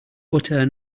butter